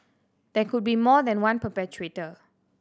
there could be more than one perpetrator